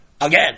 Again